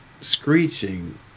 screeching